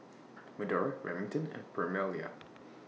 Medora Remington and Permelia